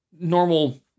normal